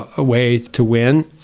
ah ah way to win.